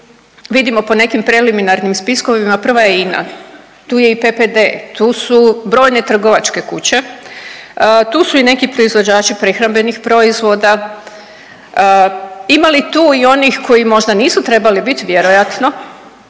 vidimo po nekim preliminarnim spiskovima, prva je INA. Tu je i PPD, tu su brojne trgovačke kuće, tu su i neki proizvođači prehrambenih proizvoda, ima li tu i onih koji možda nisu trebali biti? Vjerojatno.